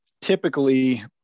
typically